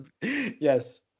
yes